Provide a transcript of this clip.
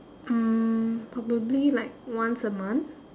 mm probably like once a month